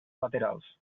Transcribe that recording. laterals